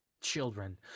children